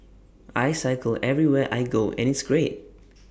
I cycle everywhere I go and it's great